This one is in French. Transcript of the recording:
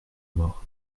mort